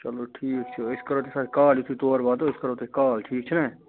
چلو ٹھیٖک چھُ أسۍ کَرو تَمہِ ساتہٕ کال یُتھُے تور واتو أسۍ کَرو تۄہہِ کال ٹھیٖک چھُنا